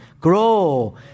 Grow